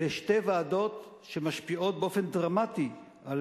אלו שתי ועדות שמשפיעות באופן דרמטי על